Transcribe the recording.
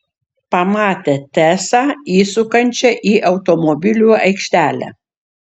pamatė tesą įsukančią į automobilių aikštelę